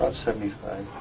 seventy five.